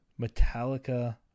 Metallica